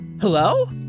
Hello